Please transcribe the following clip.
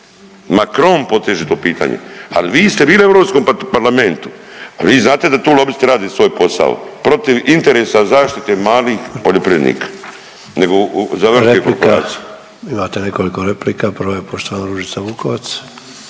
Macron poteže to pitanje, al vi ste bili u Europskom parlamentu, al vi znate da tu lobisti rade svoj posao protiv interesa zaštite malih poljoprivrednika, nego za ove velike korporacije.